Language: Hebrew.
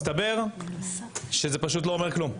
מסתבר שזה פשוט לא אומר כלום.